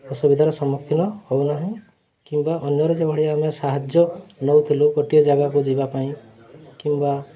ଅସୁବିଧାର ସମ୍ମୁଖୀନ ହେଉନାହିଁ କିମ୍ବା ଅନ୍ୟରେ ଯେଭଳି ଆମେ ସାହାଯ୍ୟ ନେଉଥିଲୁ ଗୋଟିଏ ଜାଗାକୁ ଯିବା ପାଇଁ କିମ୍ବା